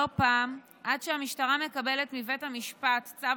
לא פעם, עד שהמשטרה מקבלת מבית המשפט צו